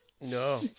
No